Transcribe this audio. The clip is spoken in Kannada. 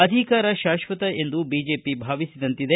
ಅಧಿಕಾರ ಶಾಕ್ಷತ ಎಂದು ಬಿಜೆಪಿ ಭಾವಿಸಿದಂತಿದೆ